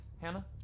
Hannah